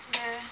mm